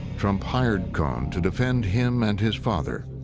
trump hired cohn to defend him and his father.